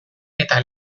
eta